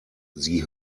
sie